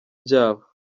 byabo